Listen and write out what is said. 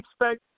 expect